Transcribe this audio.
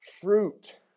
Fruit